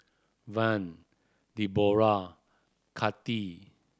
Vaughn Debora Kathi